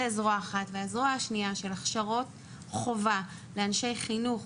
הזרוע השנייה היא של הכשרות חובה לאנשי חינוך,